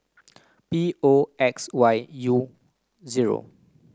P O X Y U zero